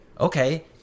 Okay